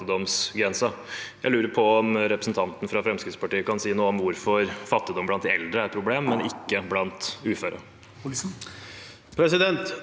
Jeg lurer på om representanten fra Fremskrittspartiet kan si noe om hvorfor fattigdom blant eldre er et problem, men ikke fattigdom